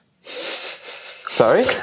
sorry